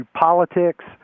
politics